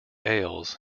ales